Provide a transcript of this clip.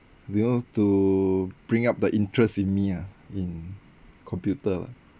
you know to bring up the interest in me ah in computer lah